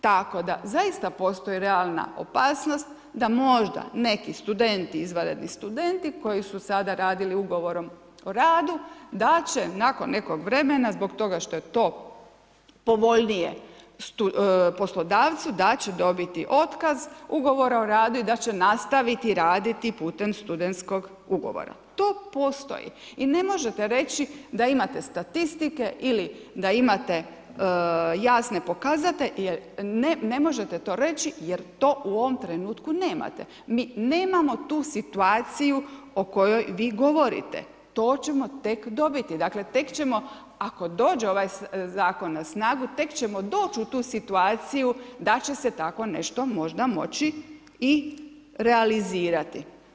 Tako da zaista postoji realna opasnost da možda neki studenti, izvanredni studenti koji su sada radili ugovorom o radu da će nakon nekog vremena zbog toga što je to povoljnije poslodavcu da će dobiti otkaz ugovora o radu i da će nastaviti raditi putem studentskog ugovora, to postoji i ne možete reći da imate statistike ili da imate jasne pokazatelje, ne, ne možete to reći jer to u ovom trenutku nemate, mi nemamo tu situaciju o kojoj vi govorite dakle tek ćemo ako dođe ovaj zakon na snagu tek ćemo doć u tu situaciju da će se tako nešto možda moći i realizirati.